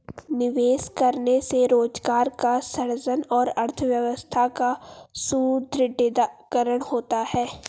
निवेश करने से रोजगार का सृजन और अर्थव्यवस्था का सुदृढ़ीकरण होता है